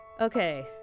Okay